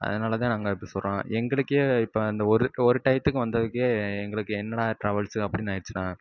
அதனால் தான் நாங்கள் இப்போ சொல்கிறோம் எங்களுக்கே இப்போ அந்த ஒரு ஒரு டையத்துக்கு வந்ததுக்கே எங்களுக்கு என்னடா டிராவல்ஸு அப்படின் ஆகிடுச்சிண்ணா